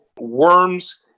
worms